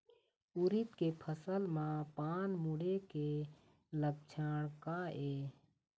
उरीद के फसल म पान मुड़े के लक्षण का ये?